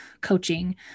coaching